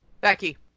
Becky